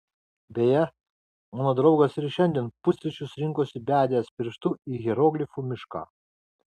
beje mano draugas ir šiandien pusryčius rinkosi bedęs pirštu į hieroglifų mišką